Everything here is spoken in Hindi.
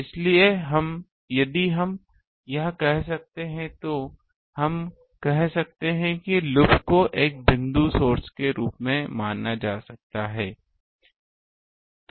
इसलिए यदि हम यह कहते हैं तो हम कह सकते हैं कि लूप को एक बिंदु सोर्स के रूप में माना जा सकता है